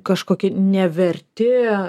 kažkokie neverti